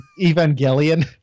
Evangelion